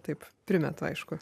taip primeta aišku